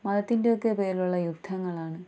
മതത്തിൻ്റെ ഒക്കെ പേരിലുള്ള യുദ്ധങ്ങളാണ്